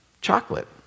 chocolate